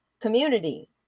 community